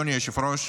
אדוני היושב-ראש,